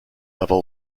level